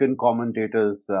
commentators